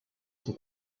son